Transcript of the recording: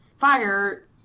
fire